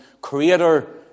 creator